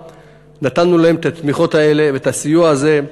נתנו להם את התמיכות האלה ואת הסיוע הזה,